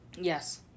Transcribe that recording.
Yes